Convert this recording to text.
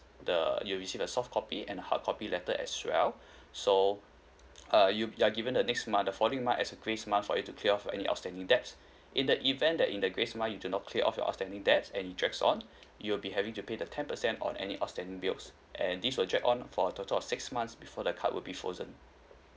the you receive a soft copy and a hard copy letter as well so uh you you are given the next month the following month as grace month for you to clear off any outstanding debts in the event that in the grace month you do not clear off your outstanding debts and it drags on you'll be having to pay the ten percent on any outstanding bills and this will drag on for a total of six months before the card will be frozen